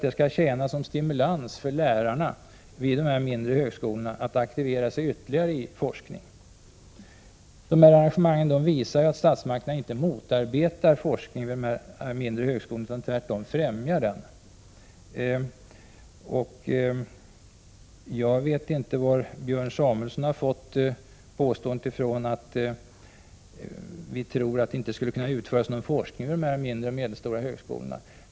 De skall tjäna som stimulans för lärarna vid de mindre högskolorna och aktivera till ytterligare forskning. Dessa arrangemang visar att statsmakterna inte motarbetar forskning vid de mindre högskolorna, utan tvärtom främjar den. Jag vet inte varifrån Björn Samuelson fått det påståendet att vi skulle tro att det inte skulle kunna utföras forskning vid de mindre och medelstora högskolorna.